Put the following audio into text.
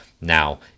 Now